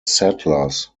settlers